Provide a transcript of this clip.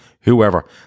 whoever